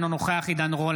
אינו נוכח עידן רול,